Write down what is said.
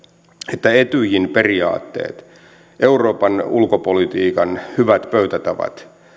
että etyjin periaatteet euroopan ulkopolitiikan hyvät pöytätavat